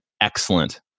Excellent